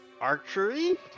Archery